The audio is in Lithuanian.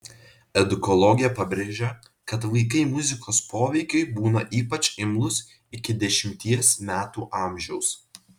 edukologė pabrėžia kad vaikai muzikos poveikiui būna ypač imlūs iki dešimties metų amžiaus